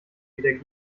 wieder